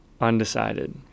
undecided